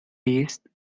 vist